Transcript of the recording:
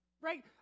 right